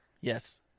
Yes